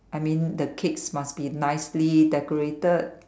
I mean the cakes must be nicely decorated